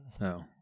No